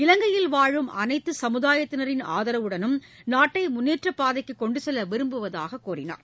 இலங்கையில் வாழும் அனைத்து சமுதாயத்தினரின் ஆதரவுடனும் நாட்டை முன்னேற்றப் பாதைக்கு கொண்டு செல்ல விரும்புவதாகக் கூறினார்